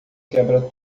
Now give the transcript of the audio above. quebra